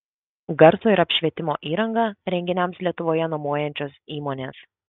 garso ir apšvietimo įrangą renginiams lietuvoje nuomojančios įmonės